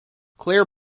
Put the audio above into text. clear